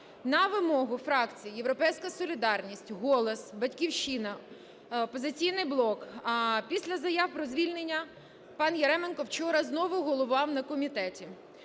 На вимогу фракції "Європейська солідарність", "Голос", "Батьківщина", "Опозиційний блок" після заяв про звільнення пан Яременко вчора знову головував на комітеті